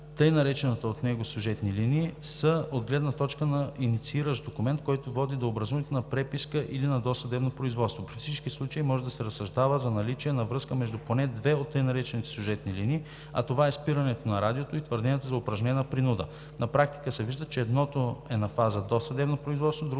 тъй наречените от него сюжетни линии са от гледна точка на иницииращ документ, който води до образуването на преписка или на досъдебно производство. При всички случаи може да се разсъждава за наличие на връзка между поне две от тъй наречените сюжетни линии, а това е спирането на Радиото и твърденията за упражнена принуда. На практика се вижда, че едното е на фаза досъдебно производство,